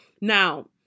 Now